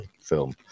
film